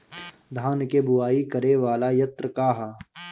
धान के बुवाई करे वाला यत्र का ह?